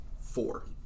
four